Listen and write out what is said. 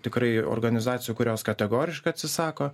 tikrai organizacijų kurios kategoriškai atsisako